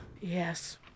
Yes